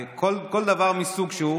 כל דבר מסוג שהוא,